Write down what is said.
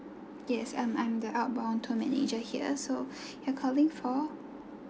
yes um I'm the outbound tour manager here so you're calling for